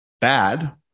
bad